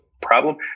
problem